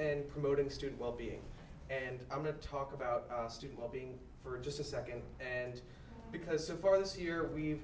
and promoting student wellbeing and i'm going to talk about student well being for just a second and because so far this year we've